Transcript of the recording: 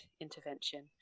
intervention